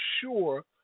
sure